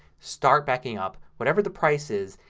start backing up. whatever the price is,